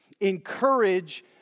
encourage